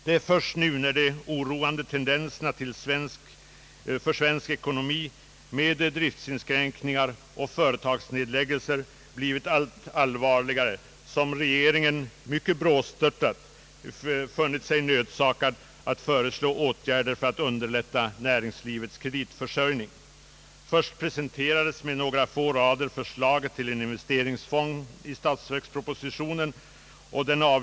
Det är först nu när de oroande tendenserna i svensk ekonomi med driftinskränkningar och företagsnedläggelser har blivit allt allvarligare som regeringen mycket brådstörtat funnit sig nödsakad ait föreslå åtgärder för att underlätta näringslivets kreditförsörjning. Först presenterades med några få rader förslaget till en investeringsfond i statsverkspropositionen.